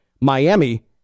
Miami